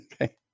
Okay